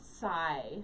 sigh